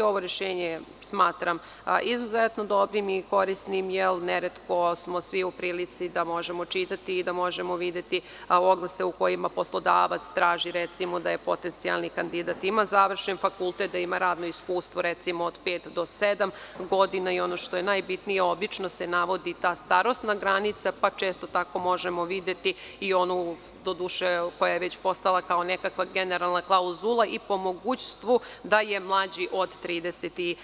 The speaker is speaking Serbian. Ovo rešenje smatram izuzetno dobrim i korisnim, jer neretko smo svi u prilici da možemo čitati i da možemo videti oglase u kojima poslodavac traži recimo da potencijalni kandidat ima završen fakultet, da ima radno iskustvo recimo od pet do sedam godina i ono što je najbitnije, obično se navodi ta starosna granica, pa često tako možemo videti i onu doduše koja je već postala kao nekakva generalna klauzula, i po mogućstvu da je mlađi od 30